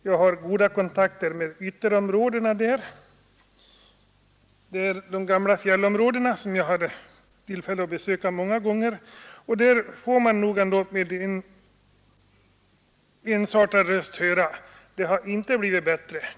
Jag har goda kontakter med ytterområdena — de gamla fjällområdena — som jag ofta har tillfälle att besöka. Där sägs det samstämmigt att det inte har blivit bättre.